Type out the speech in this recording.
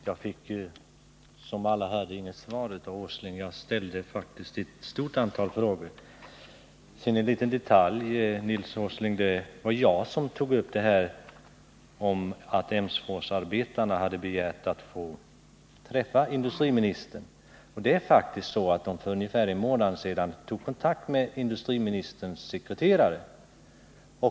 Fru talman! Som alla hörde fick jag inget svar av Nils Åsling trots att jag faktiskt ställt ett stort antal frågor. Sedan en liten detalj bara, Nils Åsling: Det var jag som nämnde att Emsforsarbetarna hade begärt att få träffa industriministern. För ungefär en månad sedan tog de faktiskt kontakt med industriministerns sekreterare.